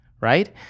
right